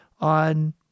on